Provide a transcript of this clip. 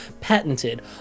patented